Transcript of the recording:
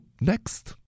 next